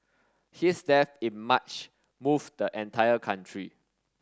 his death in March moved the entire country